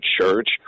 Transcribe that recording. church